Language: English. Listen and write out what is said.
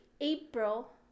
april